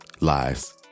Lies